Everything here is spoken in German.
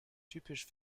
typisch